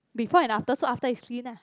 before and after so after is clean ah